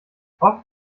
oft